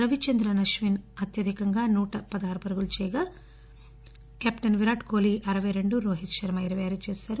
రవిచంద్రస్ అశ్విన్ అత్యధికంగా నూటారు పరుగులు చేయగా కెప్టెన్ విరాట్ కోహ్లీ అరపై రెండు రోహిత్ శర్మ ఇరవై ఆరు చేశారు